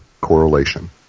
correlation